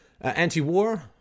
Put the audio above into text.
Anti-war